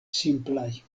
simplaj